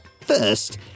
First